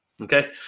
Okay